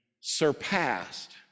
surpassed